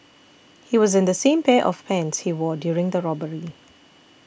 he was in the same pair of pants he wore during the robbery